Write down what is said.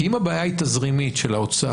כי אם הבעיה היא תזרימית של האוצר